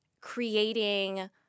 creating